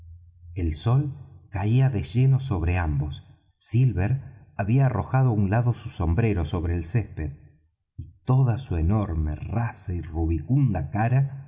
el sol caía de lleno sobre ambos silver había arrojado á un lado su sombrero sobre el césped y toda su enorme rasa y rubicunda cara